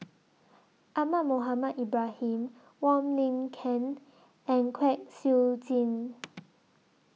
Ahmad Mohamed Ibrahim Wong Lin Ken and Kwek Siew Jin